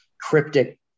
cryptic